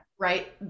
Right